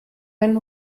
einen